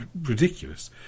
ridiculous